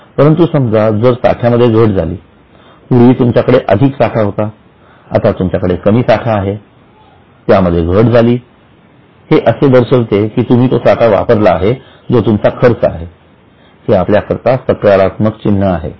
परंतु समजा जर साठ्यामध्ये घट झाली पूर्वी तुमच्याकडे अधिक साठा होता आता तुमच्याकडे कमी साठा आहे त्यामध्ये घट झाली हे असे दर्शविते की तुम्ही तो साठा वापरला आहे जो तुमचा खर्च आहे हे आपल्याकरिता सकारात्मक चिन्ह आहे